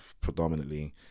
predominantly